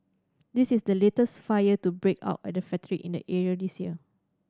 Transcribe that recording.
this is the latest fire to break out at a factory in the area this year